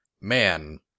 man